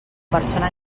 persona